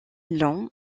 long